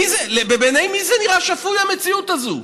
בעיני מי זה נראה שפוי, המציאות הזאת?